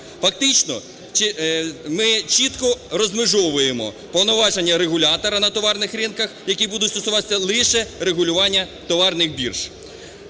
Фактично ми чітко розмежовуємо повноваження регулятора на товарних ринках, які будуть стосуватися лише регулювання товарних бірж.